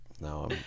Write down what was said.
No